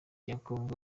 demokarasi